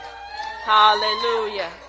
Hallelujah